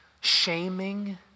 shaming